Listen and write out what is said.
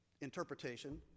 interpretation